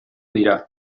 dira